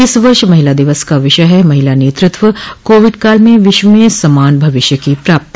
इस वर्ष महिला दिवस का विषय है महिला नेतृत्वः कोविड काल में विश्व में समान भविष्य की प्राप्ति